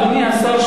אדוני השר,